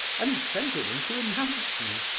and sent him in to announce me!